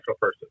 person